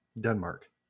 Denmark